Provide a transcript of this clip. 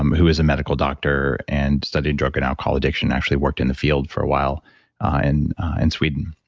um who is a medical doctor and studying drug and alcohol addiction, actually worked in the field for a while and in sweden,